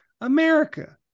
America